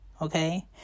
okay